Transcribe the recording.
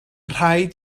rhaid